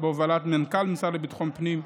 בהובלת מנכ"ל המשרד לביטחון פנים,